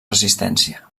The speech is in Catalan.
resistència